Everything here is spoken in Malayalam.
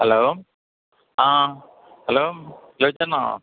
ഹലോ ആ ഹലോ ജോയിച്ചേട്ടനാണോ